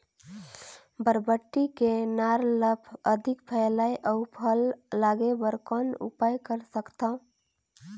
बरबट्टी के नार ल अधिक फैलाय अउ फल लागे बर कौन उपाय कर सकथव?